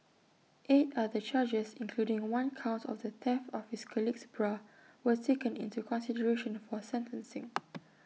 eight other charges including one count of theft of his colleague's bra were taken into consideration for sentencing